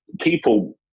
people